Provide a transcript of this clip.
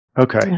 okay